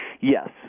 Yes